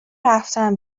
رفتن